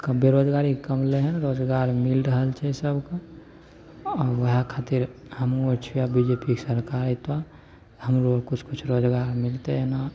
आब बेरोजगारी कमलै हइ रोजगार मिलि रहल छै सभकेँ आब वएह खातिर हमहूँ आर छिए बी जे पी के सरकार अएतौ हमरो आर किछु किछु रोजगार मिलतै एना